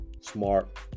smart